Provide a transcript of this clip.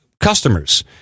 customers